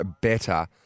better